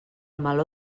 meló